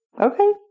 Okay